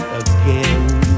again